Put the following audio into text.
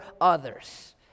others